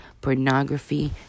pornography